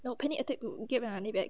no panic attack to get my money back